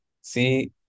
See